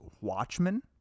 Watchmen